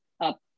up